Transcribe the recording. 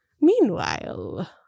Meanwhile